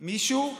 מישהו?